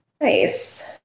nice